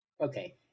Okay